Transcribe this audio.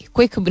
Quick